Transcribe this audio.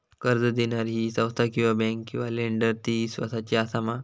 कर्ज दिणारी ही संस्था किवा बँक किवा लेंडर ती इस्वासाची आसा मा?